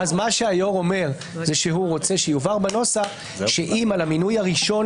היו"ר רוצה שיובהר בנוסח שאם על המינוי הראשון,